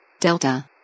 Delta